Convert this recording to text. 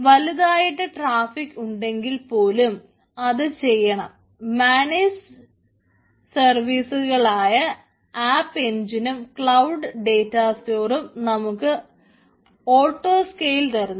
വലുതായിട്ട് ട്രാഫിക്ക് തരുന്നു